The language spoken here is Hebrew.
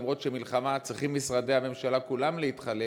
אף שבמלחמה צריכים משרדי הממשלה כולם להתחלק